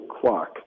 clock